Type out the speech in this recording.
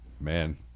man